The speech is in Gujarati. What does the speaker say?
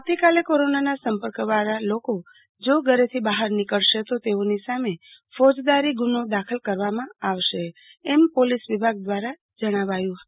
આવતીકાલે કોરોના સંપર્ક વાળા લોકો જો ઘરેથી બહાર નીકળશે તો તેઓની સામે ફોજદારી ગુનો દાખલ કરવામાં આવશે એમ પોલીસ વિભાગ દ્વારા જણાવાયું હતું